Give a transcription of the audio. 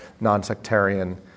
non-sectarian